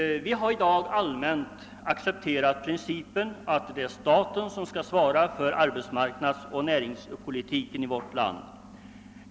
I dag har allmänt accepterats principen att det är staten som skall svara för arbetsmarknadsoch näringspolitiken i vårt land.